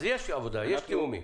אז יש עבודה, יש תיאומים.